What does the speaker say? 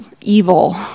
evil